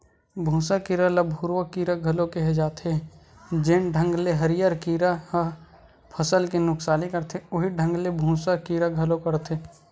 भूँसा कीरा ल भूरूवा कीरा घलो केहे जाथे, जेन ढंग ले हरियर कीरा ह फसल के नुकसानी करथे उहीं ढंग ले भूँसा कीरा घलो करथे